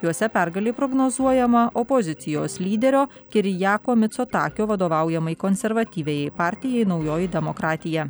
juose pergalė prognozuojama opozicijos lyderio kirjako micotakio vadovaujamai konservatyviai partijai naujoji demokratija